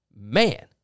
man